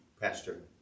Pastor